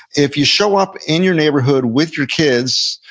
if you show up in your neighborhood with your kids,